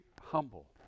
humble